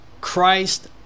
Christ